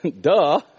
Duh